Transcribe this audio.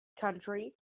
country